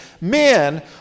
men